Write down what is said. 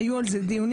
היו על זה דיונים,